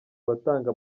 abatanga